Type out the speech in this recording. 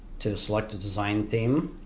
to select a design theme,